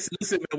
Listen